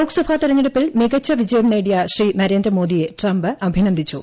ലോക്സഭ തെരഞ്ഞെടുപ്പിൽ മികച്ച വിജയം നേടിയ ശ്രീ നരേന്ദ്രമോദിയെ ട്രംപ് അഭിനന്ദിച്ചു